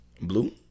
Blue